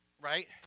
right